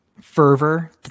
fervor